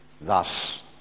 Thus